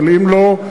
אבל אם לא,